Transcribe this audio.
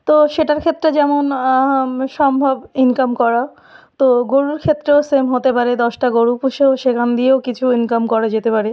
তো সেটার ক্ষেত্রে যেমন সম্ভব ইনকাম করা তো গরুর ক্ষেত্রেও সেম হতে পারে দশটা গরু পুষেও সেখান দিয়েও কিছু ইনকাম করা যেতে পারে